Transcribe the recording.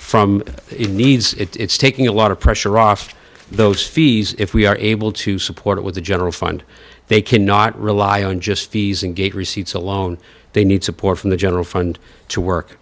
from it needs it's taking a lot of pressure off those fees if we are able to support it with the general fund they cannot rely on just fees and gate receipts alone they need support from the general fund to work